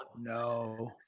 no